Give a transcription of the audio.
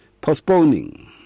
Postponing